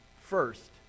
first